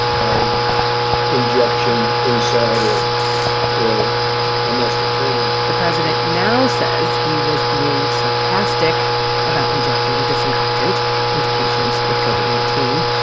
by injection inside or almost a cleaning. the president now says he was being sarcastic about injecting disinfectant into patients with covid nineteen.